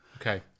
Okay